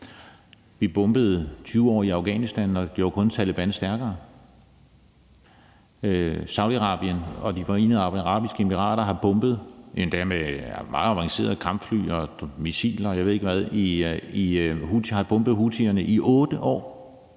Vi bombede 20 år i Afghanistan, og det gjorde kun Taleban stærkere. Saudi-Arabien og De Forenede Arabiske Emirater har bombet – endda med meget avancerede kampfly og missiler, og jeg ved ikke